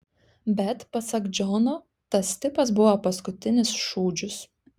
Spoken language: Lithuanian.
bet pasak džono tas tipas buvo paskutinis šūdžius